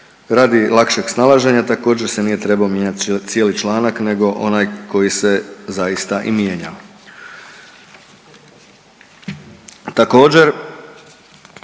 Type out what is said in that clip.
radi lakšeg snalaženja također se nije trebao mijenjati cijeli članak, nego onaj koji se zaista i mijenja.